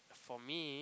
for me